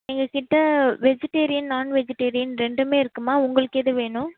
எங்கள்கிட்ட vegetarian non vegetarian ரெண்டுமே இருக்குதும்மா உங்களுக்கு எது வேணும்